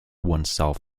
oneself